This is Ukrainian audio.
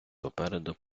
попереду